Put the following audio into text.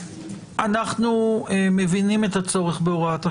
אנחנו מבינים את הצורך בהוראת השעה.